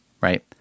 right